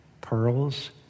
Pearls